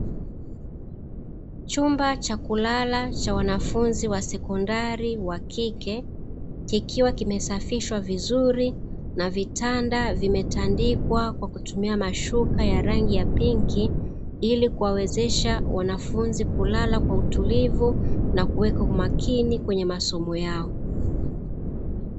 Chumba cha kulala cha wanafunzi wa sekondari wakike kikiwa kimesafishwa vizuri na vitanda vimetandikwa kwa kutumia mashuka ya rangi ya pinki ili kuwawezesha wanafunzi kulala kwa utulivu na kuweka umakini kwenye masomo yao.